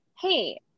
hey